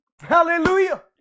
Hallelujah